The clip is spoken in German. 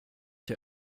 der